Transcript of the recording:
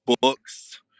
books